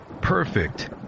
Perfect